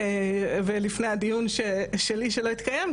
ולפני הדיון שלי שלא התקיים,